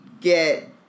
get